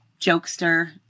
jokester